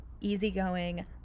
easygoing